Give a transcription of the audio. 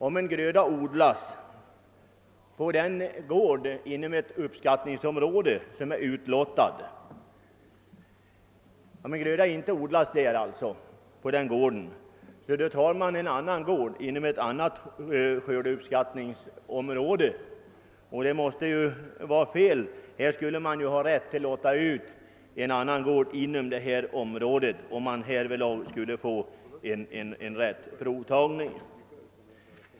Om en gröda inte odlas på en gård som utlottats inom ett uppskattningsområde, tar man en annan gård inom ett annat skördeuppskattningsområde. Detta måste vara felaktigt. Man borde ha möjlighet att lotta ut en annan gård inom samma område för att få rätt resultat av provtagningen.